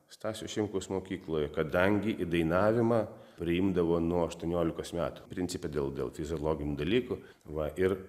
stasio šimkaus mokykloje kadangi į dainavimą priimdavo nuo aštuoniolikos metų principe dėl dėl fiziologinių dalykų va ir